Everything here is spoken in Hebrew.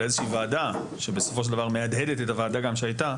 איזושהי ועדה שבסופו של דבר מהדהדת את הוועדה גם שהייתה,